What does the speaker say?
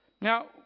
Now